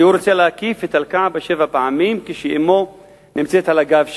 והוא רוצה להקיף את אל-כעבה שבע פעמים כשאמו נמצאת על הגב שלו.